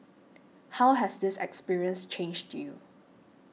how has this experience changed you